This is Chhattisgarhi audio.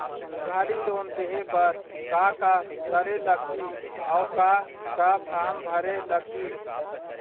उधारी लोन लेहे बर का का करे लगही अऊ का का फार्म भरे लगही?